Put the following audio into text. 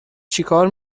چیکار